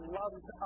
loves